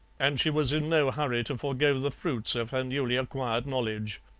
and she was in no hurry to forgo the fruits of her newly acquired knowledge.